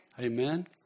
Amen